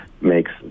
makes